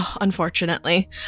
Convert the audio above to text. Unfortunately